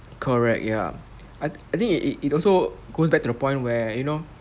correct ya I I think it it it also goes back to the point where you know